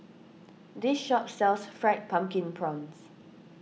this shop sells Fried Pumpkin Prawns